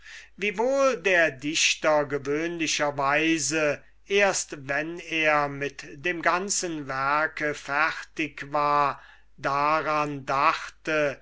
wiewohl der dichter gewöhnlicherweise erst wen er mit dem ganzen werk fertig war daran dachte